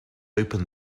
open